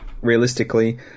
realistically